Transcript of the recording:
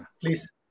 please